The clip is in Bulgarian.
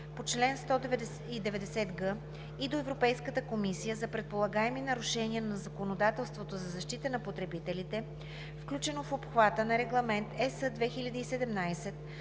по чл. 190г и до Европейската комисия за предполагаеми нарушения на законодателството за защита на потребителите, включено в обхвата на Регламент (ЕС)